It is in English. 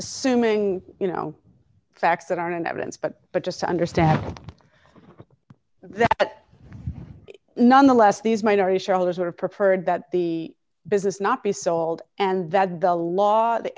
assuming you know facts that aren't in evidence but but just to understand that nonetheless these minority shareholders would have preferred that the business not be sold and that the law the